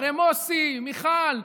הרי מוסי, מיכל,